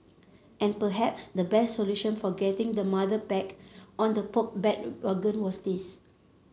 and perhaps the best solution for getting the mother back on the Poke bandwagon was this